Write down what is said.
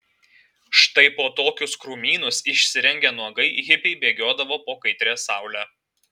štai po tokius krūmynus išsirengę nuogai hipiai bėgiodavo po kaitria saule